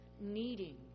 needing